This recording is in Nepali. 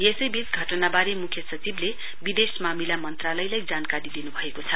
यसैबीच घटनाबारे मुख्य सचिवले विदेश मामिला मन्त्रालयलाई जानकारी दिनुभएको छ